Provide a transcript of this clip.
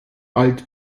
alt